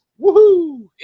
woohoo